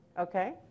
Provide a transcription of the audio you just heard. Okay